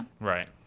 right